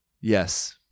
Yes